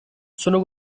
sono